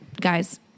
guys